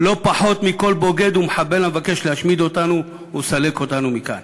לא פחות מכל בוגד ומחבל המבקש להשמיד אותנו ולסלק אותנו מכאן.